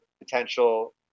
potential